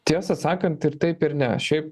tiesą sakant ir taip ir ne šiaip